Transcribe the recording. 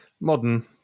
modern